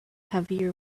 heavier